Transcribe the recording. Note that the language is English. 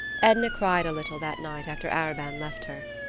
edna cried a little that night after arobin left her.